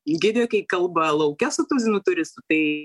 gidė kai kalba lauke su tuzinu turistų tai